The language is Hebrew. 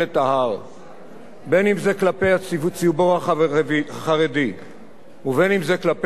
בין שזה כלפי הציבור החרדי ובין שזה כלפי הציבור הערבי,